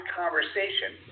conversation